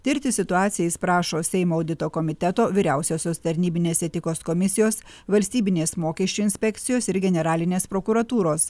tirti situaciją jis prašo seimo audito komiteto vyriausiosios tarnybinės etikos komisijos valstybinės mokesčių inspekcijos ir generalinės prokuratūros